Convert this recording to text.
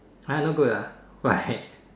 !huh! not good ah why